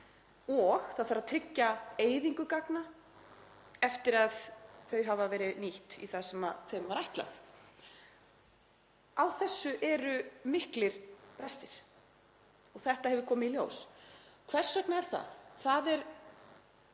og það þarf að tryggja eyðingu gagna eftir að þau hafa verið nýtt í það sem þeim var ætlað. Á þessu eru miklir brestir og þetta hefur komið í ljós. Hvers vegna er það? Það er